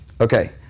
Okay